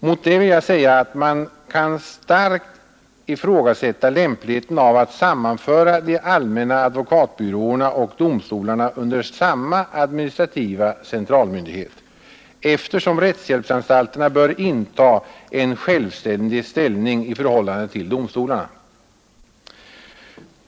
Mot det vill jag säga att man starkt kan ifrågasätta lämpligheten av att sammanföra de allmänna advokatbyråerna och domstolarna under samma administrativa centralmyndighet, eftersom rättshjälpsanstalterna bör inta en självständig ställning i förhållande till domstolarna.